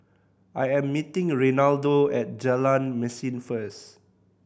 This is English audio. I am meeting Reinaldo at Jalan Mesin first